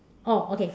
oh okay